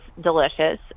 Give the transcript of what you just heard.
delicious